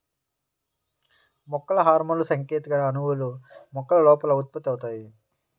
మొక్కల హార్మోన్లుసంకేత అణువులు, మొక్కల లోపల ఉత్పత్తి అవుతాయి